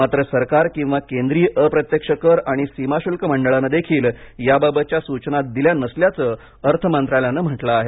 मात्र सरकार किंवा केंद्रीय अप्रत्यक्ष कर आणि सीमाशुल्क मंडळानेही याबाबतच्या सूचना दिल्या नसल्याचं अर्थ मंत्रालयाने म्हटलं आहे